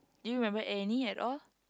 do you remember any at all